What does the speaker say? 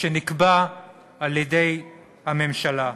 שנקבע על-ידי הממשלה.